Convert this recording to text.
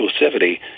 exclusivity